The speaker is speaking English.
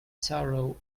sorrow